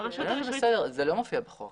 בחוק